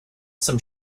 some